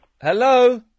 Hello